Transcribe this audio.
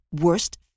worst